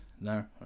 No